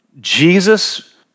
Jesus